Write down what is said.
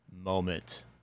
moment